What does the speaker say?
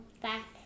back